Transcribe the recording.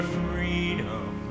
freedom